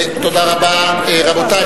רבותי,